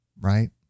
right